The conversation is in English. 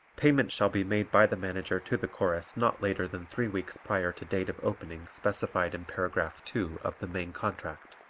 payment shall be made by the manager to the chorus not later than three weeks prior to date of opening specified in paragraph two of the main contract.